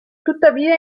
tuttavia